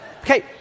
Okay